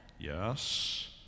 yes